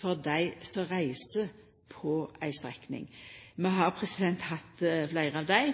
for dei som reiser på ei strekning. Vi har hatt fleire av dei